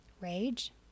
rage